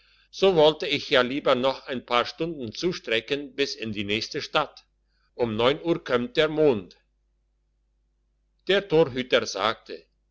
so wollte ich ja lieber noch ein paar stunden zustrecken bis in die nächste stadt um neun uhr kömmt der mond der torhüter sagte